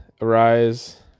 Arise